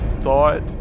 thought